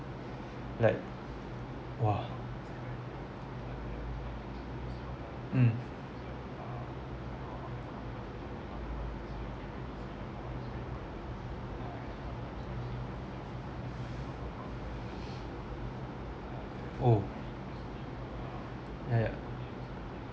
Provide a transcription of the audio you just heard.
like !wah! mm oh yeah yeah